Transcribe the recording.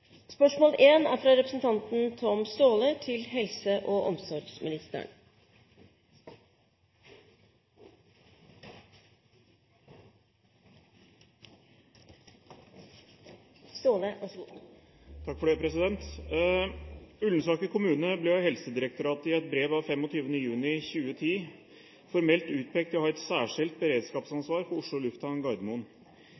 Spørsmål 3, fra representanten Per Arne Olsen til helse- og omsorgsministeren, er trukket tilbake. «Ullensaker kommune ble av Helsedirektoratet i et brev av 25. juni 2010 formelt utpekt til å ha et særskilt